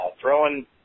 Throwing